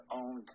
own